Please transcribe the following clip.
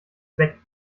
weg